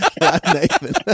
Nathan